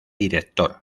director